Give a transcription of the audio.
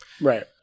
Right